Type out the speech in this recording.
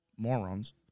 Morons